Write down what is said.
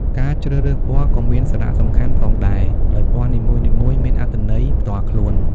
ការជ្រើសរើសពណ៌ក៏មានសារៈសំខាន់ផងដែរ ដោយពណ៌នីមួយៗមានអត្ថន័យផ្ទាល់ខ្លួន។